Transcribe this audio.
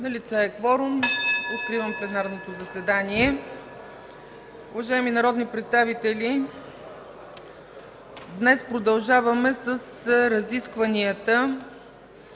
Налице е кворум. (Звъни.) Откривам пленарното заседание. Уважаеми народни представители, днес продължаваме с разискванията